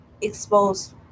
exposed